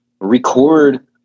Record